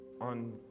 on